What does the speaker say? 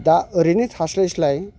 दा ओरैनो थास्लाय स्लाय